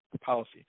policy